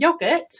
yogurt